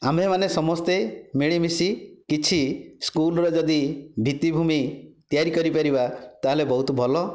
ଆମ୍ଭେମାନେ ସମସ୍ତେ ମିଳିମିଶି କିଛି ସ୍କୁଲର ଯଦି ଭିତ୍ତିଭୂମି ତିଆରି କରିପାରିବା ତାହାଲେ ବହୁତ ଭଲ